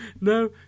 no